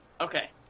Okay